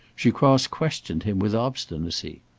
she cross-questioned him with obstinacy.